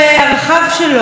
ובפרט,